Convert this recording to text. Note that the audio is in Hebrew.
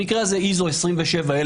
במקרה זה איזו 27-1001,